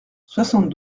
soixante